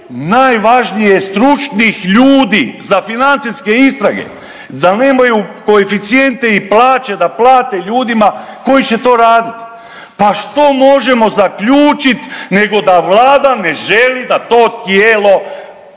najvažnije, stručnih ljudi za financijske istrage, da nemaju koeficijente i plaće da plate ljudima koji će to raditi. Pa što možemo zaključiti nego da Vlada ne želi da to tijelo